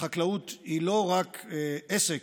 החקלאות היא לא רק עסק,